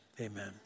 Amen